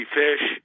fish